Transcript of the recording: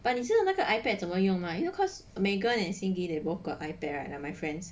but 你是用那个 ipad 怎么用吗 cause you know cause megan and xin gin both got ipad right like my friends